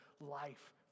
life